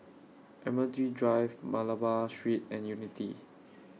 Admiralty Drive Malabar Street and Unity